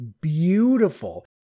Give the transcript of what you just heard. beautiful